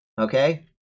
okay